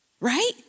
right